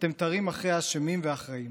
אתם תרים אחרי האשמים והאחראים.